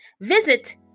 Visit